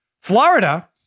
Florida